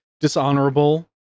dishonorable